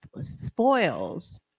spoils